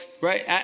right